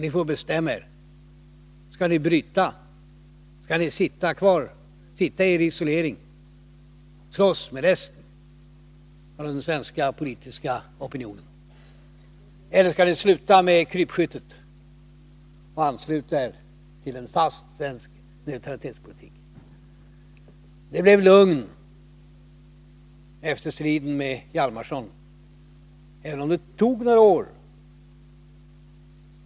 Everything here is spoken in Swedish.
Ni får bestämma er: Skall ni sitta i erisolering och slåss med resten av den svenska politiska opinionen eller skall ni sluta med krypskyttet och ansluta er till en fast svensk neutralitetspolitik? Det blev lugnt efter striden med Jarl Hjalmarsson, även om det tog några år.